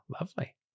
lovely